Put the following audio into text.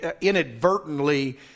inadvertently